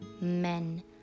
men